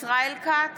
ישראל כץ,